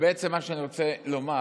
ובעצם מה שאני רוצה לומר